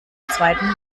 zweiten